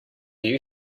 you